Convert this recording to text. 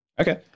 Okay